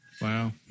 Wow